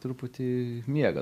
truputį miega